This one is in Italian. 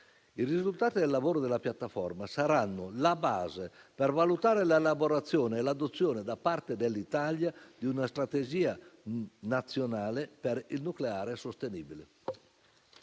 I risultati del lavoro della piattaforma saranno la base per valutare l'elaborazione e l'adozione da parte dell'Italia di una strategia nazionale per il nucleare sostenibile.